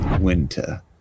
winter